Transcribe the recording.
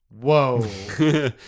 Whoa